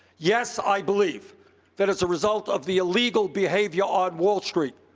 yes, i believe that as a result of the illegal behavior on wall street,